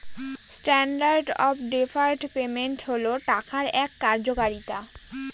standard of deferred payment হল টাকার এক কার্যকারিতা